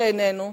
שאיננו,